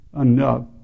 enough